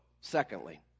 secondly